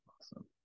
Awesome